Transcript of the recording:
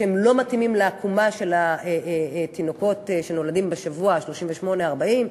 שהם לא מתאימים לעקומה של התינוקות שנולדים בשבוע ה-38 40,